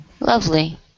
Lovely